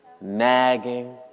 nagging